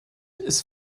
ist